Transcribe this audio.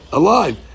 alive